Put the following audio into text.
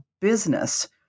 business